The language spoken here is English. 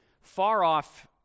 far-off